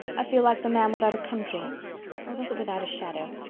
i feel like the man without a country or was it without a shadow?